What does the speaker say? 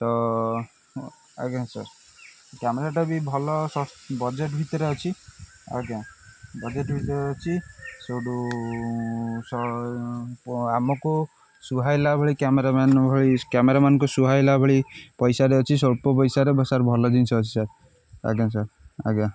ତ ଆଜ୍ଞା ସାର୍ କ୍ୟାମେରାଟା ବି ଭଲ ସ ବଜେଟ୍ ଭିତରେ ଅଛି ଆଜ୍ଞା ବଜେଟ୍ ଭିତରେ ଅଛି ସେଠୁ ସ ଆମକୁ ସୁୁହାଇଲା ଭଳି କ୍ୟାମେରାମ୍ୟାନ ଭଳି କ୍ୟାମେରାମ୍ୟାନକୁ ସୁୁହାଇଲା ଭଳି ପଇସାରେ ଅଛି ସ୍ୱଳ୍ପ ପଇସାରେ ସାର୍ ଭଲ ଜିନିଷ ଅଛି ସାର୍ ଆଜ୍ଞା ସାର୍ ଆଜ୍ଞା